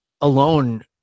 alone